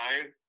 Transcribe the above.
five